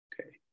Okay